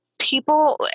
people